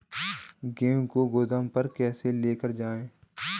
गेहूँ को गोदाम पर कैसे लेकर जाएँ?